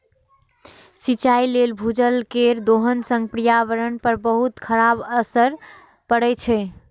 सिंचाइ लेल भूजल केर दोहन सं पर्यावरण पर बहुत खराब असर पड़ै छै